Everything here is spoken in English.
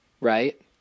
Right